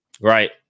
Right